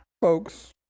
folks